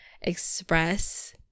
Express